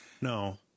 no